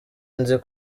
nzi